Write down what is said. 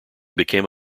became